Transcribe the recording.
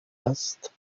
است